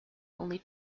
only